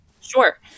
Sure